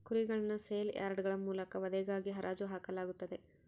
ಕುರಿಗಳನ್ನು ಸೇಲ್ ಯಾರ್ಡ್ಗಳ ಮೂಲಕ ವಧೆಗಾಗಿ ಹರಾಜು ಹಾಕಲಾಗುತ್ತದೆ